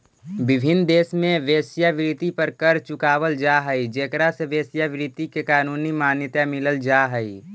विभिन्न देश में वेश्यावृत्ति पर कर चुकावल जा हई जेकरा से वेश्यावृत्ति के कानूनी मान्यता मिल जा हई